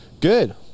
Good